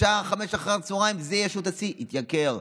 בשעה 17:00, שזו שעת השיא, וזה יתייקר.